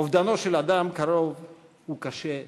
אובדנו של אדם קרוב הוא קשה מנשוא.